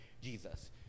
Jesus